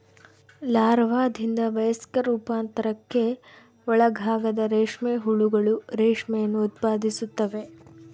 ಲಾರ್ವಾದಿಂದ ವಯಸ್ಕ ರೂಪಾಂತರಕ್ಕೆ ಒಳಗಾದಾಗ ರೇಷ್ಮೆ ಹುಳುಗಳು ರೇಷ್ಮೆಯನ್ನು ಉತ್ಪಾದಿಸುತ್ತವೆ